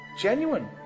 genuine